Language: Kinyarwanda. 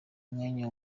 mwanya